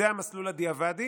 היא המסלול בדיעבד.